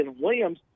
Williams